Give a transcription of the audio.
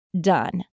done